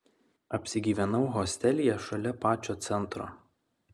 apsigyvenau hostelyje šalia pačio centro